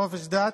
חופש דת,